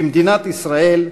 במדינת ישראל,